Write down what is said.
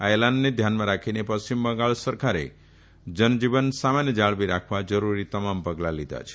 આ એલાનને ધ્યાનમાં રાખીને પશ્ચિમ બંગાળ સરકારે જનજીવન સામાન્ય જાળવી રાખવા જરૂરી તમામ પગલાં લીધા છે